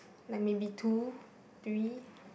like maybe two three